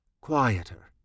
quieter